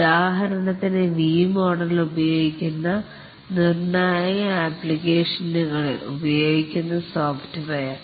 ഉദാഹരണത്തിന് V model ഉപയോഗിക്കുന്ന നിർണായക ആപ്ലിക്കേഷനുകളിൽ ഉപയോഗിക്കുന്ന സോഫ്റ്റ്വെയർ